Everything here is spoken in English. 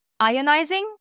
ionizing